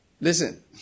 Listen